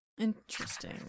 Interesting